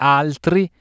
altri